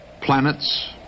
planets